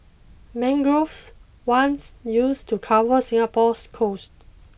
mangroves once used to cover Singapore's coasts